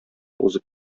узып